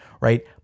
right